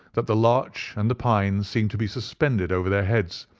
that the larch and the pine seemed to be suspended over their heads,